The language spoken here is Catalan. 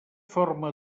forma